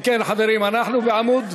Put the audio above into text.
אם כן, חברים, אנחנו בעמוד,